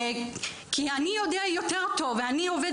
כי "אני יודע יותר טוב ואני עובד